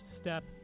step